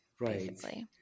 Right